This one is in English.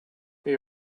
they